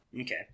Okay